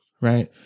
Right